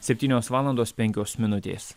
septynios valandos penkios minutės